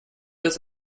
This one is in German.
das